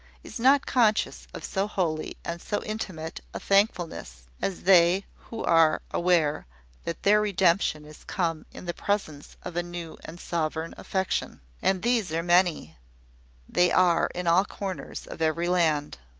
is not conscious of so holy and so intimate a thankfulness as they who are aware that their redemption is come in the presence of a new and sovereign affection. and these are many they are in all corners of every land.